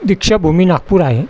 दीक्षाभूमी नागपूर आहे